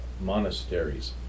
monasteries